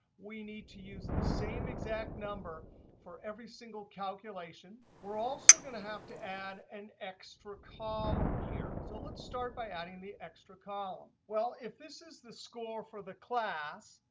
we need to use the same exact number for every single calculation. we're also going to have to add an extra column here. so let's start by adding the extra column. well, if this is the score for the class,